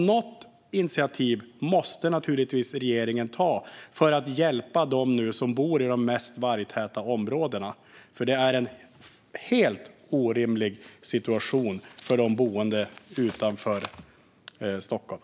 Något initiativ måste naturligtvis regeringen ta för att hjälpa dem som bor i de mest vargtäta områdena. Det är en helt orimlig situation för de boende utanför Stockholm.